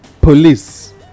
Police